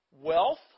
wealth